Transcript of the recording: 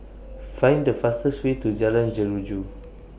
Find The fastest Way to Jalan Jeruju